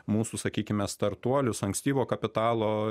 mūsų sakykime startuolius ankstyvo kapitalo